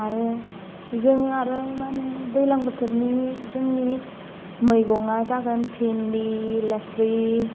आरो जोङो आरो माहोनो दैलां बोथोरनि जोंनि मैगङा जागोन फेन्दि लेस्रि